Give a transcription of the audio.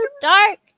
dark